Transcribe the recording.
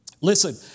Listen